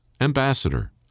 ambassador